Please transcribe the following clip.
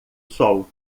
sol